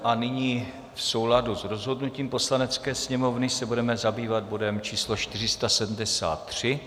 A nyní v souladu s rozhodnutím Poslanecké sněmovny se budeme zabývat bodem 473.